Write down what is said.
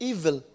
Evil